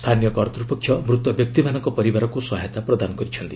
ସ୍ଥାନୀୟ କର୍ତ୍ତ୍ୱପକ୍ଷ ମୂତ ବ୍ୟକ୍ତିମାନଙ୍କ ପରିବାରକୁ ସହାୟତା ପ୍ରଦାନ କରିଛନ୍ତି